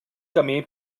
camí